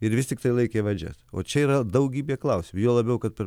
ir vis tiktai laikė valdžias o čia yra daugybė klausimų juo labiau kad per